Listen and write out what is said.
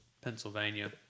Pennsylvania